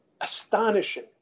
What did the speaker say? astonishing